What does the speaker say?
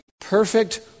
perfect